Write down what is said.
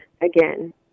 Again